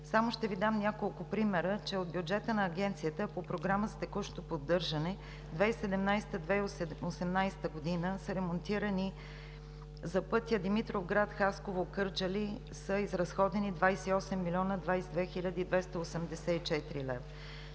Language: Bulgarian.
Само ще Ви дам няколко примера, че от бюджета на Агенцията по програма с текущо поддържане през 2017 – 2018 г. за ремонтиране на пътя Димитровград – Хасково – Кърджали са изразходени 28 млн. 22 хил. 284 лв.